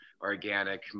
organic